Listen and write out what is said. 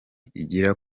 igira